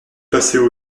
passaient